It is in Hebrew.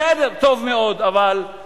בסדר, טוב מאוד, אבל,